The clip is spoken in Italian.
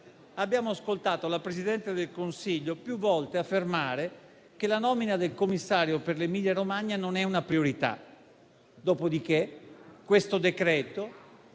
abbiamo ascoltato il Presidente del Consiglio affermare più volte che la nomina del commissario per l'Emilia-Romagna non è una priorità. Dopodiché questo decreto